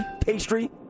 pastry